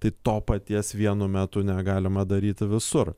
tai to paties vienu metu negalima daryti visur